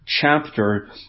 chapter